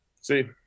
See